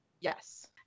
yes